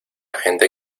gente